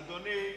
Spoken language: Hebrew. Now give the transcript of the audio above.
אדוני,